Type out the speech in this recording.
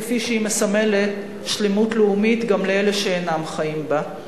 כפי שהיא מסמלת שלמות לאומית גם לאלה שאינם חיים בה.